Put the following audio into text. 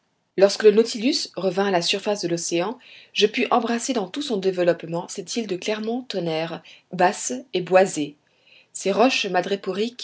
lorsque le nautilus revint à la surface de l'océan je pus embrasser dans tout son développement cette île de clermont-tonnerre basse et boisée ses roches